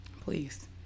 Please